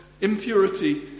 impurity